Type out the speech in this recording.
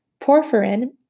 Porphyrin